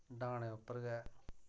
डाह्नै उप्पर गै